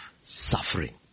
suffering